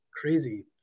Crazy